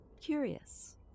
curious